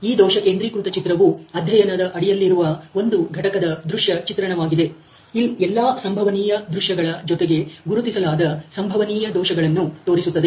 ಈ ದೋಷ ಕೇಂದ್ರೀಕೃತ ಚಿತ್ರವು ಅಧ್ಯಯನದ ಅಡಿಯಲ್ಲಿರುವ ಒಂದು ಘಟಕದ ದೃಶ್ಯ ಚಿತ್ರಣವಾಗಿದೆ ಎಲ್ಲಾ ಸಂಭವನೀಯ ದೃಶ್ಯಗಳ ಜೊತೆಗೆ ಗುರುತಿಸಲಾದ ಸಂಭವನೀಯ ದೋಷಗಳನ್ನು ತೋರಿಸುತ್ತದೆ